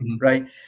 Right